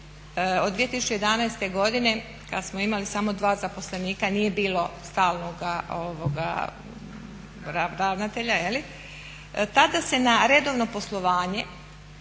od 2011.godine kada smo imali samo dva zaposlenika nije bilo stalnoga ravnatelja, tada se na redovno poslovanje